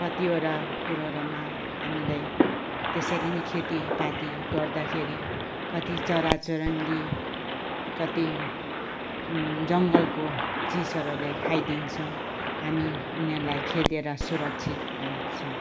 कतिवटा कुराहरूमा हामीले त्यसरी नै खेतीपाती गर्दाखेरि कति चरा चुरङ्गी कति जङ्गलको चिजहरूले खाइदिन्छ हामी उनीहरूलाई खेदेर सुरक्षित राख्छौँ